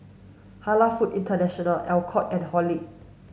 Halal Food International Alcott and Horlick